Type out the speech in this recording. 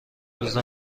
روزه